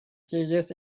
serious